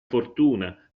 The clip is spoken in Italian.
fortuna